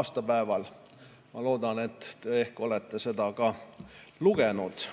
aastapäeval. Ma loodan, et te olete seda ka lugenud.